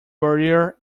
barrier